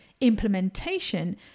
implementation